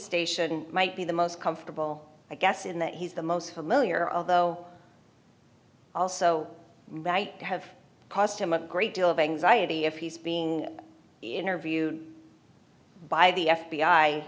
station might be the most comfortable i guess in that he's the most familiar although also might have cost him a great deal of anxiety if he's being interviewed by the f